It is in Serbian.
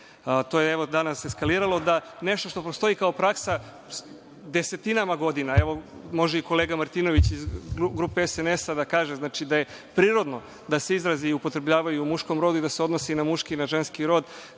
To je evo danas eskaliralo, nešto što postoji kao praksa desetinama godina. Evo, može i kolega Martinović iz grupe SNS da kaže da je prirodno da se izrazi upotrebljavaju u muškom rodu i da se odnosi na muški i na ženski rod,